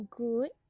good